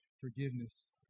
forgiveness